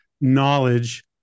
knowledge